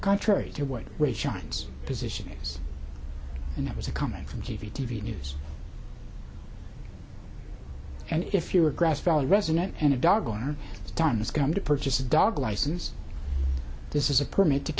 contrary to what ray chimes position is and it was a comment from t v t v news and if you are a grass valley resident and a dog owner time has come to purchase a dog license this is a permit to